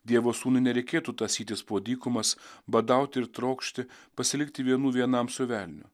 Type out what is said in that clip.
dievo sūnui nereikėtų tąsytis po dykumas badauti ir trokšti pasilikti vienų vienam su velniu